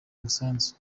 umusanzu